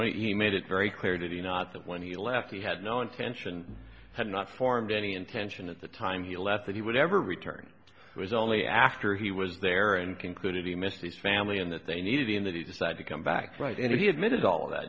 when he made it very clear did he not that when he left he had no intention had not formed any intention at the time he left that he would ever return it was only after he was there and concluded he missed his family and that they needed in that he decided to come back and he admitted all that